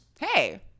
hey